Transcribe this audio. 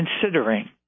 considering